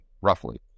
roughly